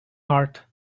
heart